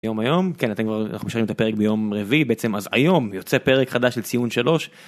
יום היום כן אתם רואים את הפרק ביום רביעי בעצם אז היום יוצא פרק חדש לציון 3.